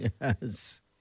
Yes